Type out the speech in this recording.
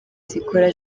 zikora